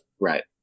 right